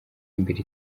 imbere